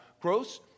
gross